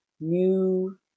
new